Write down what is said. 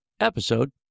episode